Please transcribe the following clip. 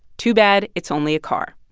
too bad it's only a car.